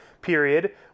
period